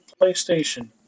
PlayStation